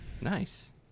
nice